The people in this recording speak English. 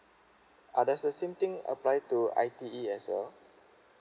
are that's the same thing apply to I_T_E as well